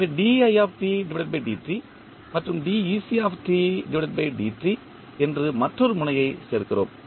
எனவே மற்றும் என்று மற்றொரு முனையைச் சேர்க்கிறோம்